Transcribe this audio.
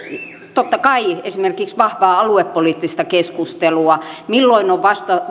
totta kai esimerkiksi vahvaa aluepoliittista keskustelua milloin on